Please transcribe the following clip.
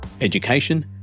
education